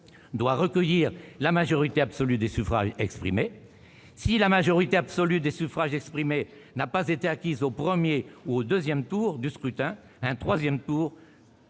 doit recueillir la majorité absolue des suffrages exprimés. Si la majorité absolue des suffrages exprimés n'a pas été acquise au premier ou au deuxième tour de scrutin, au troisième tour